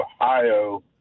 Ohio –